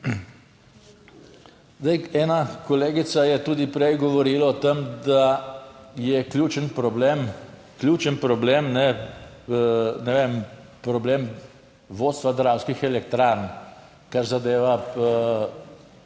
Zdaj, ena kolegica je tudi prej govorila o tem, da je ključen problem, ključen problem, ne vem, problem vodstva Dravskih elektrarn, kar zadeva